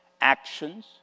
actions